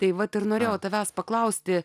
tai vat ir norėjau tavęs paklausti